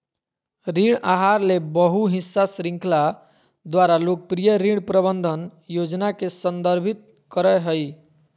ऋण आहार ले बहु हिस्सा श्रृंखला द्वारा लोकप्रिय ऋण प्रबंधन योजना के संदर्भित करय हइ